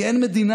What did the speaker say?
כי אין מדינה.